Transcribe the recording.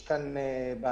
יש כאן בעיה,